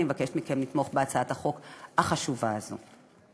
אני מבקשת מכם לתמוך בהצעת החוק החשובה הזאת.